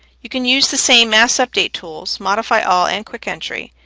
you can use the same mass-update tools, modify all and quick entry,